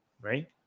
right